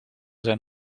zijn